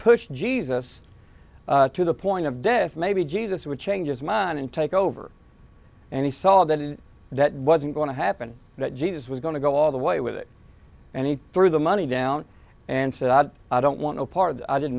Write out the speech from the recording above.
push jesus to the point of death maybe jesus would change his mind and take over and he saw that it that wasn't going to happen that jesus was going to go all the way with it and he threw the money down and said i don't want a part